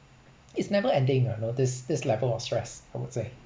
it's never ending ah you know this this level of stress I would say